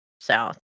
south